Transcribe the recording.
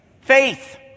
Faith